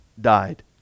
died